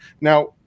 Now